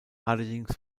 allerdings